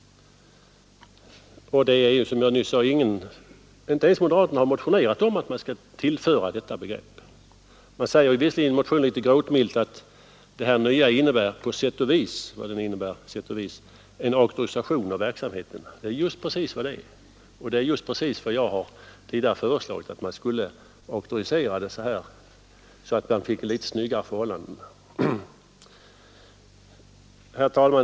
Och som jag nyss sade har inte ens moderaterna motionerat om att man skall tillföra detta begrepp. Man säger visserligen i en motion litet gråtmilt att den nya bestämmelsen innebär ”på sätt och vis” vad det nu betyder en auktorisation av verksamheten. Det är precis vad det är, och det är just vad jag tidigare har föreslagit att man skall införa en auktorisation, så att vi fick litet snyggare förhållanden.